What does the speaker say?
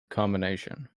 combination